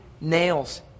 nails